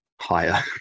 Higher